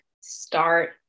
start